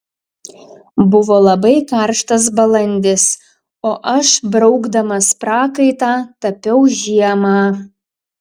buvo labai karštas balandis o aš braukdamas prakaitą tapiau žiemą